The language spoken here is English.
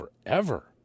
forever